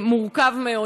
מורכב מאוד.